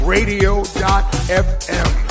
Radio.fm